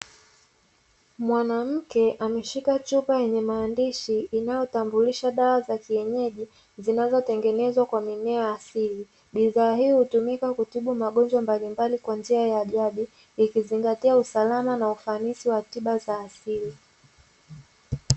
Mwanamke ameshika chupa yenye maandishi inayotambulisha dawa za kienyeji zinazotengenezwa kwa mimea asili, bidhaa hii hutumika kutibu magonjwa mbalimbali kwa njia ya jadi ikizingatia usalama na ufanisi wa tiba za asili.